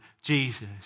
Jesus